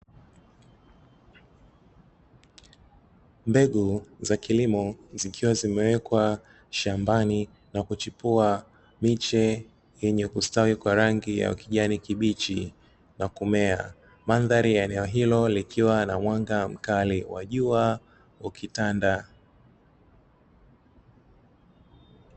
Mbegu za kilimo zikiwa zimewekwa shambani na kuchipua miche yenye kustawi kwa rangi ya kijani kibichi na kumea. Mandhari ya eneo hilo likiwa na mwanga mkali wa jua ukitanda.